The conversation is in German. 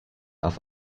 auf